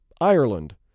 Ireland